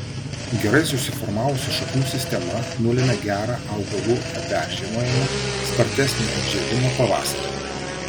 gerai susiformavusi šaknų sistema nulemia gerą augalų peržiemojimą spartesnį atžėlimą pavasarį